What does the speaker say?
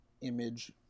image